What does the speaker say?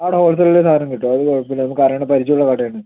അവിടെ ഹോൾ സെയിലിൽ സാധനം കിട്ടും അത് കുഴപ്പമില്ല നമുക്ക് അറിയണ പരിചയമുള്ള കടയാണ്